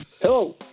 Hello